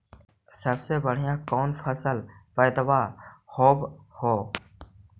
सबसे बढ़िया कौन फसलबा पइदबा होब हो?